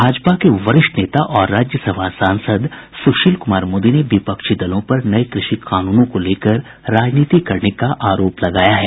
भाजपा के वरिष्ठ नेता और राज्यसभा सांसद सुशील कुमार मोदी ने विपक्षी दलों पर नये कृषि कानूनों को लेकर राजनीति करने का अरोप लगाया है